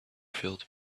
filled